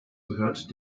gehört